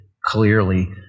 clearly